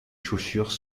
chaussures